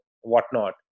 whatnot